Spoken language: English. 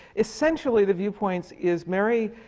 essentially, the viewpoints is, mary